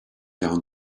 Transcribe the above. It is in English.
down